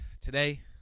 today